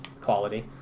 quality